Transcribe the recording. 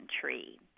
tree